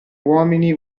uomini